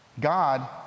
God